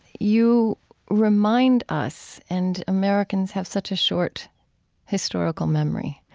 you remind us and americans have such a short historical memory